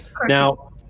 now